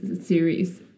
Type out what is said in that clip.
series